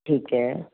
ਠੀਕ ਹੈ